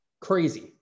crazy